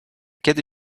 kiedy